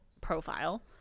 profile